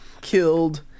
killed